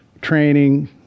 training